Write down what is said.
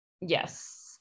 Yes